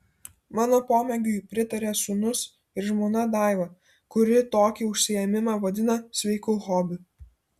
mano pomėgiui pritaria sūnus ir žmona daiva kuri tokį užsiėmimą vadina sveiku hobiu